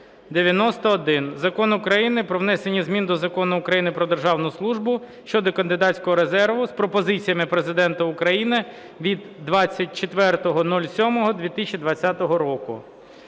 3491, Закон України "Про внесення змін до Закону України "Про державну службу" щодо кандидатського резерву" з пропозиціями Президента України від 24.07.2020 року.